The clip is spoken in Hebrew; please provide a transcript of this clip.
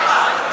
למה?